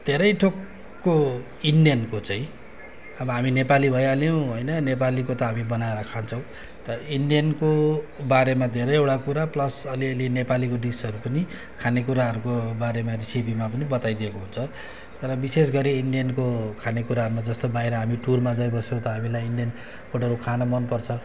धेरै थोकको इन्डियनको चाहिँ अब हामी नेपाली भइहाल्यौँ होइन नेपालीको त हामी बनाएर खान्छौँ तर इन्डियनको बारेमा धेरैवटा कुरा प्लस अलिअलि नेपालीको डिसहरू पनि खानेकुराहरूको बारेमा रेसिपीमा पनि बताइदिएको हुन्छ र विशेष गरी इन्डियनको खानेकुरामा जस्तो बाहिर हामी टुरमा जाइबस्छौँ त हामीलाई इन्डियन फुडहरू खान मनपर्छ